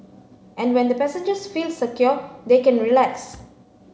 and when the passengers feel secure they can relax